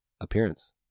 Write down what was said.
appearance